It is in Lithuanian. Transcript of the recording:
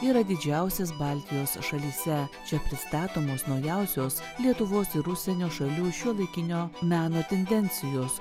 yra didžiausias baltijos šalyse čia pristatomos naujausios lietuvos ir užsienio šalių šiuolaikinio meno tendencijos